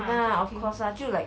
!hanna! of course lah 就 like